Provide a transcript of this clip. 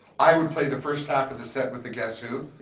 i would play the first half of the set with the guess who.